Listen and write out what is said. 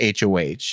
HOH